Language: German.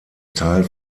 teil